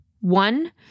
One